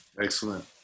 excellent